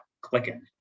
clicking